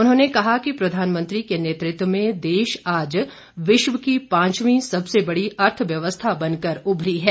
उन्होंने कहा कि प्रधानमंत्री के नेतृत्व में देश आज विश्व की पांचवीं सबसे बड़ी अर्थव्यव्था बनकर उभरी है